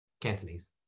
Cantonese